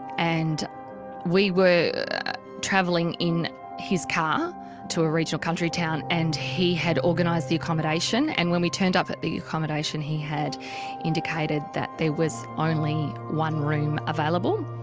and we were travelling in his car to a regional country town and he had organised the accommodation. and when we turned up at the accommodation he had indicated that there was only one room available,